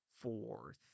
fourth